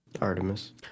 artemis